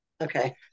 okay